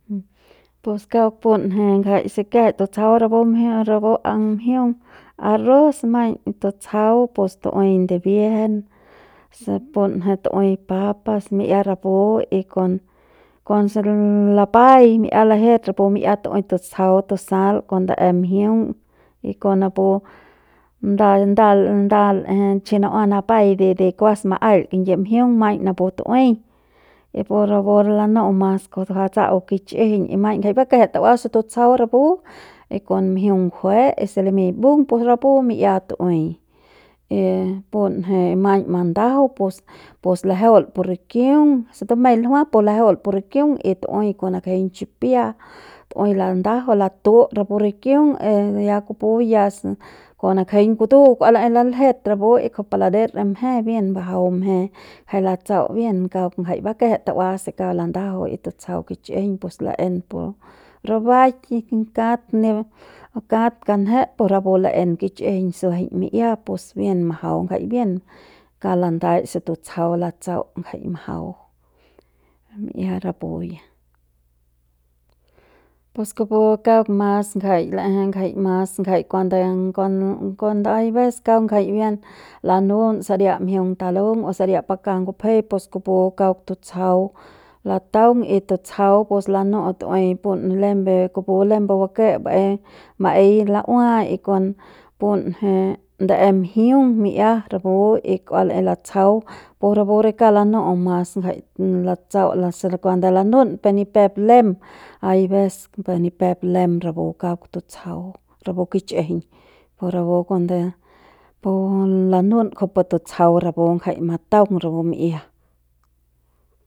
Pus kauk punje ngjai se kiajai tutsjau rapu mjiung a rapu mjiung arroz maiñ tutsjau pus tu'ui ndibiejen se pun ne tu'ui papas mi'ia rapu y kon lapai y mi'ia lajet rapu mi'ia tu'ui tutsjau tusal kon ndae mjiung y kon napu nda nda nda l'eje chi na'ua napai de de kuas ma'ail kingie mjiung maiñ napu tu'uei y pu rapu re lanu'u mas ku kutsa'au kich'ijiñ y maiñ ngjai bakjet ta'ua se tutsjau rapu y kon mjiung ngjue y se limiñ mbung pus rapu mi'ia tu'uei y punje maiñ mandajau pus pus lajeut pu rikiung se tumei ljua pus lajeut pu rikiung y tu'ui kon nakjeiñ chipia tu'ui landajau latu'ut rapu rikiung e ya kupu ya kon nakejeiñ kutu kua laei laljet rapu y kujupu ladets re mje bien bajau rapu mje jai latsau bien jai bakejet ta'ua se kauk ladajau y tutsjau kich'ijiñ pues la'en pun rubaik y y kat kat kanjet pus rapu laen kich'ijiñ suejeiñ mi'ia pues bien majau jai bien kauk landach se tutsjau latsau jai majau mi'ia rapu ya pus kupu kauk mas ngjai la'eje jai mas ngjai kuande kuan kuande hay ves kauk ngjai bien lanun saria mjiung talung o saria pakas ngupjei pus kupu kauk tutsjau lataung y tutsjau pus lanu'u tu'ui pun lembe kupu lembe bake baei baei la'ua y kon punje ndae mjiung mi'ia rapu y kua laei latsjau pu rapu re kauk lanu'u mas ngjai latsau kuanse lanu'un per ni pep lem aives per ni pep lem rapu kauk tutsjau rapu kich'ijiñ y kon rapu kuande pu lanu'un kuju pu tutsjau rapu ngjai mataung rapu mi'ia.